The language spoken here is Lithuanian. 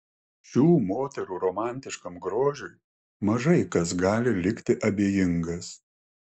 šių moterų romantiškam grožiui mažai kas gali likti abejingas